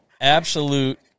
absolute